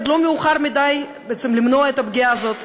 בעצם עוד לא מאוחר מדי למנוע את הפגיעה הזאת,